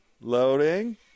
Loading